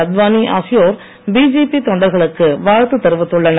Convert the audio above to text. அத்வானி ஆகியோர் பிஜேபி தொண்டர்களுக்கு வாழ்த்து தெரிவித்துள்ளனர்